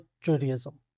Judaism